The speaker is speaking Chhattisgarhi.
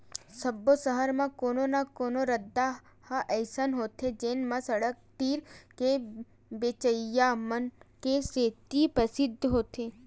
सब्बो सहर म कोनो न कोनो रद्दा ह अइसे होथे जेन म सड़क तीर के बेचइया मन के सेती परसिद्ध होथे